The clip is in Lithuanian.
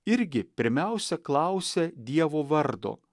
irgi pirmiausia klausia dievo vardo